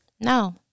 No